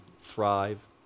thrive